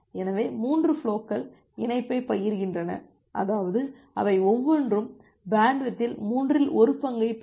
எனவே 3 ஃபுலோகள் இணைப்பைப் பகிர்கின்றன அதாவது அவை ஒவ்வொன்றும் பேண்ட்வித்தில் மூன்றில் ஒரு பங்கைப் பெறும்